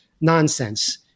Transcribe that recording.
nonsense